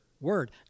word